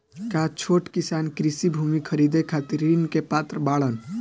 का छोट किसान कृषि भूमि खरीदे खातिर ऋण के पात्र बाडन?